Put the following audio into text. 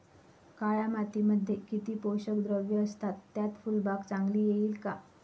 काळ्या मातीमध्ये किती पोषक द्रव्ये असतात, त्यात फुलबाग चांगली येईल का?